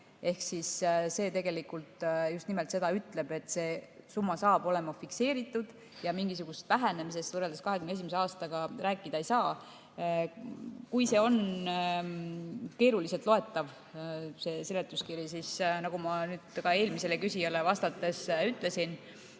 Ehk see tegelikult just nimelt seda ütleb, et see summa saab olema fikseeritud ja mingisugusest vähenemisest võrreldes 2021. aastaga rääkida ei saa. Kui see seletuskiri on keeruliselt loetav, siis, nagu ma ka eelmisele küsijale vastates ütlesin,